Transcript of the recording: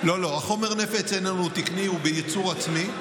לא לא, חומר הנפץ איננו תקני, הוא בייצור עצמי.